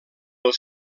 els